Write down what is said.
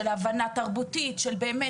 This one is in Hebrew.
של הבנה תרבותית --- יש מענה.